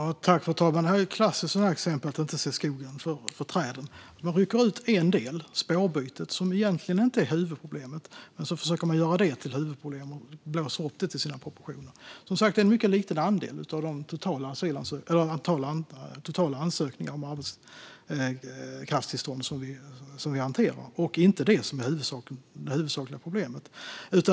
Fru talman! Detta är ett klassiskt exempel på att inte se skogen för alla träd. Man rycker ut en del, spårbytet, som egentligen inte är huvudproblemet, och försöker göra det till huvudproblemet och blåsa upp dess proportioner. Det handlar som sagt om en mycket liten andel av det totala antal ansökningar om arbetstillstånd som vi hanterar, och det är inte detta som är det huvudsakliga problemet.